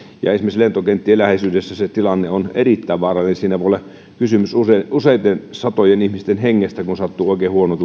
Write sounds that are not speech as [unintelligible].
ja esimerkiksi lentokenttien läheisyydessä se tilanne on erittäin vaarallinen siinä voi olla kysymys useiden satojen ihmisten hengestä kun sattuu oikein huono [unintelligible]